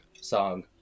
song